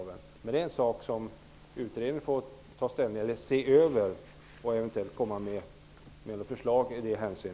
Men det är en sak som utredningen får se över och eventuellt komma med förslag om.